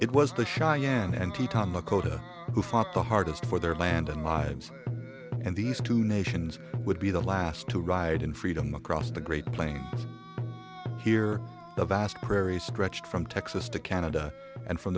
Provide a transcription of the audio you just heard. it was the cheyenne and t time a cota who fought the hardest for their land and lives and these two nations would be the last to ride in freedom across the great plains here the vast prairie stretched from texas to canada and from